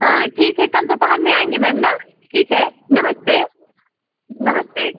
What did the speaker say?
हाँ ठीक है कल दोपहर में आएँगे मैम ना ठीक है नमस्ते नमस्ते